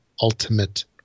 Ultimate